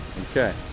Okay